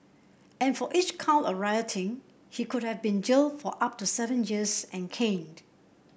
and for each count of rioting he could have been jailed for up to seven years and caned